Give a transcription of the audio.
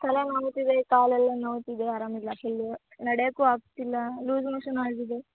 ತಲೆ ನೋಯ್ತಿದೆ ಕಾಲೆಲ್ಲ ನೋಯ್ತಿದೆ ಆರಾಮ ಇಲ್ಲ ಫುಲ್ಲು ನಡ್ಯಕ್ಕೂ ಆಗ್ತಿಲ್ಲ ಲೂಸ್ ಮೋಷನ್ ಆಗಿದೆ